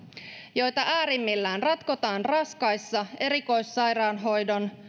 joita äärimmillään ratkotaan raskaissa erikoissairaanhoidon